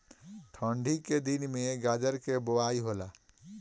ठन्डी के दिन में गाजर के बोआई होला